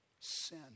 Sin